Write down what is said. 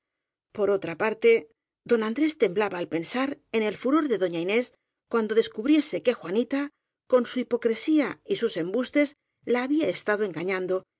por otra parte don andrés temblaba al pensar en el furor de doña inés cuando descu briese que juanita con su hipocresía y sus embus tes la había estado engañando